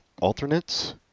alternates